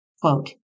Quote